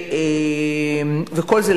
כל זה,